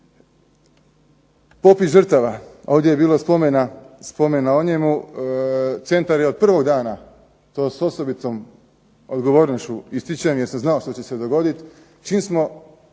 Popis žrtava, ovdje je bilo spomena o njemu. Centar je od prvog dana to s osobitom odgovornošću ističem, jer sam znao što će se dogoditi. Čim smo